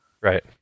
Right